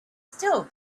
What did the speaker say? still